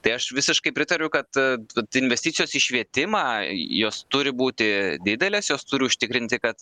tai aš visiškai pritariu kad investicijos į švietimą jos turi būti didelės jos turi užtikrinti kad